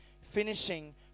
finishing